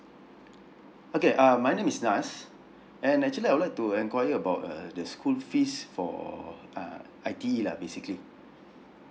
okay uh my name is nas and actually I would like to enquire about uh the school fees for uh I_T_E lah basically